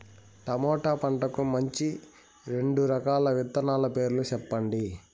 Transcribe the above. tomato పంటకు మంచి రెండు రకాల విత్తనాల పేర్లు సెప్పండి